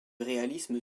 réalisme